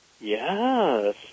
Yes